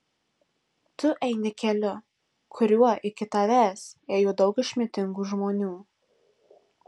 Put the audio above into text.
tu eini keliu kuriuo iki tavęs ėjo daug išmintingų žmonių